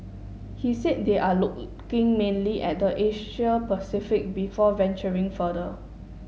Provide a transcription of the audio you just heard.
he said they are looking mainly at the Asia Pacific before venturing further